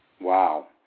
wow